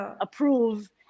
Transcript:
approve